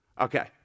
Okay